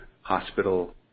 hospital